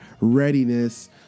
readiness